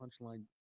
punchline